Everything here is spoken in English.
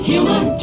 Human